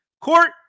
Court